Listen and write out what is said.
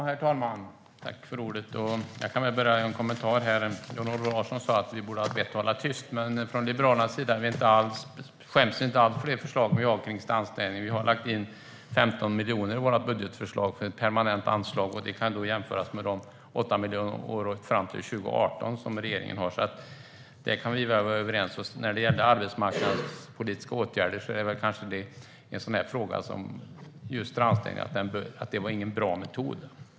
Herr talman! Jag börjar med en kommentar. Jan-Olof Larsson sa att vi borde ha vett att hålla tyst. Men från Liberalernas sida skäms vi inte alls för det förslag vi har om strandstädning. Vi har lagt in 15 miljoner i vårt budgetförslag för ett permanent anslag. Det kan jämföras med de 8 miljoner fram till 2018 som regeringen har. Det kan vi väl vara överens om. När det gäller arbetsmarknadspolitiska åtgärder är kanske detta en sådan fråga som just strandstädningen. Det var ingen bra metod.